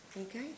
okay